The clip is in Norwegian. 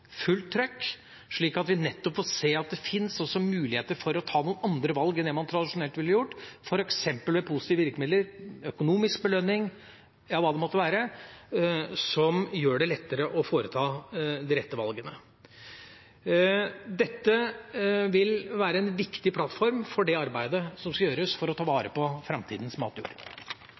fins muligheter for å ta andre valg enn det man tradisjonelt ville gjort, f.eks. ved positive virkemidler, økonomisk belønning, ja hva det måtte være, som gjør det lettere å ta de rette valgene. Dette vil være en viktig plattform for arbeidet som skal gjøres for å ta